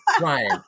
Ryan